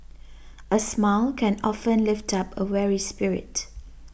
a smile can often lift up a weary spirit